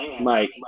Mike